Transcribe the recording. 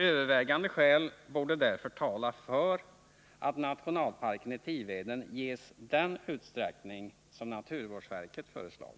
Övervägande skäl borde därför tala för att nationalparken i Tiveden ges den utsträckning som naturvårdsverket föreslagit.